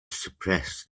suppressed